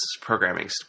programming